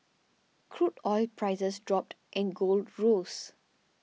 crude oil prices dropped and gold rose